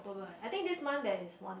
~tober I think this month there's one